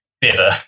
Better